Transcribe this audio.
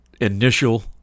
initial